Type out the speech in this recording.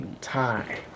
time